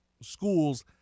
schools